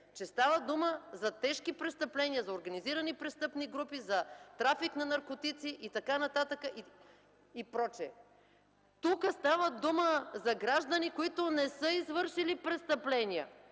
че става дума за тежки престъпления, за организирани престъпни групи, за трафик на наркотици и така нататък, и прочие. Тук става дума за граждани, които не са извършили престъпления,